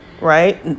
right